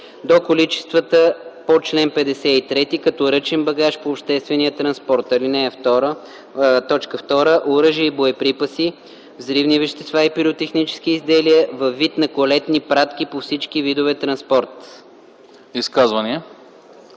до количествата по чл. 53, като ръчен багаж по обществения транспорт; 2. оръжия и боеприпаси, взривни вещества и пиротехнически изделия във вид на колетни пратки по всички видове транспорт.”